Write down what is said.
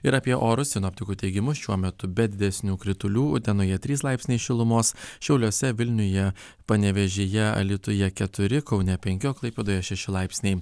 ir apie orus sinoptikų teigimu šiuo metu be didesnių kritulių utenoje trys laipsniai šilumos šiauliuose vilniuje panevėžyje alytuje keturi kaune penki o klaipėdoje šeši laipsniai